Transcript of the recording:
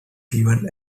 given